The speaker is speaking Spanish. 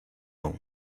aún